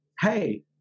Hey